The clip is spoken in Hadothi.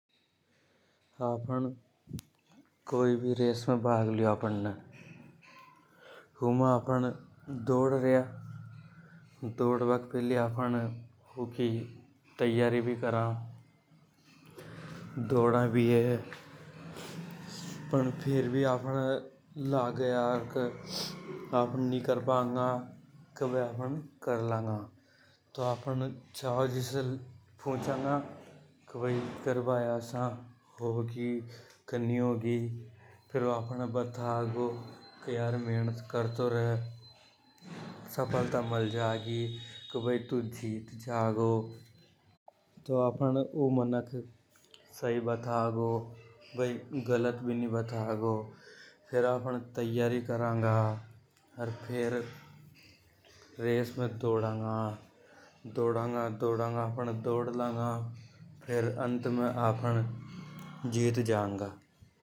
आफ़न कोई भी रेस में भाग लियो अर आपन दौड़ रिया। दौड़ बा के फैली आपन यूकी तैयारी भी करा। दौड़ा भी हे पण फेर भी अपने लागे के आपन नि कर सका या फेर के भई आपन कर लांगा। फेर ऊ आफने बता गौ। के यार मेहनत करतो र सफलता मल जा ही के भई तू जीत जागो तो आफ़न ऊ मनक सई बता गो। फेर आप तैयारी करंगा। अर फेर रेस में दौड़ाांगा, दौड़ंगा ओर अंत में आपन जीत जंगा।